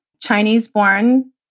Chinese-born